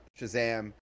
shazam